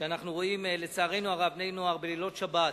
שאנחנו רואים, לצערנו הרב, בני-נוער בלילות שבת,